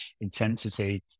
intensity